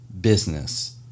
business